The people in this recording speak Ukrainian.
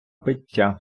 пиття